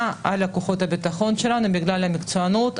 על כוחות הביטחון שלנו בגלל המקצוענות,